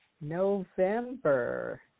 November